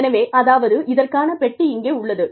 எனவே அதாவது இதற்கான பெட்டி இங்கே உள்ளது